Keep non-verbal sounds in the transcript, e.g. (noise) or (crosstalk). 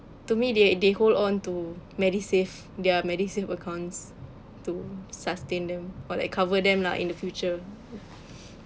to me they they hold on to MediSave their MediSave accounts to sustain them or like cover them lah in the future (noise)